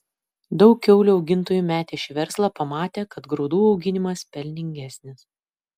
daug kiaulių augintojų metė šį verslą pamatę kad grūdų auginimas pelningesnis